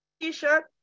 t-shirt